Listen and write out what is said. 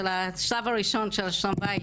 השלב הראשון של שלום הבית,